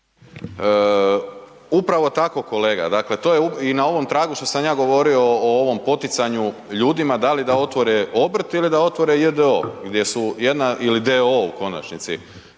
Upravo tako, kolega, dakle to je i na ovom trahu što sam ja govorio o ovom poticanju ljudima da li da otvore obrt ili da otvore j.d.o.o. ili d.o.o. u konačnici